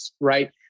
right